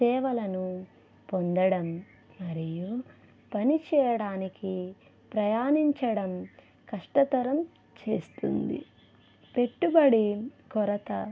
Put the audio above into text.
సేవలను పొందడం మరియు పనిచేయడానికి ప్రయాణించడం కష్టతరం చేస్తుంది పెట్టుబడి కొరత